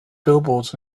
billboards